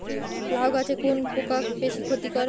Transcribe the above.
লাউ গাছে কোন পোকা বেশি ক্ষতি করে?